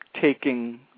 taking